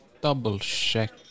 double-check